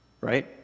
Right